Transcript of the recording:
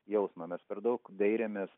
jausmą mes per daug dairėmės